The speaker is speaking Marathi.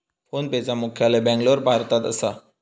फोनपेचा मुख्यालय बॅन्गलोर, भारतात असा